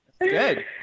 good